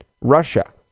Russia